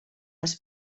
les